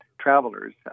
travelers